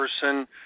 person